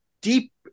deep